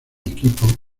equipos